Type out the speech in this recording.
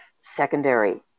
secondary